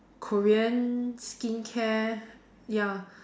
Korean skincare ya